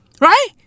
Right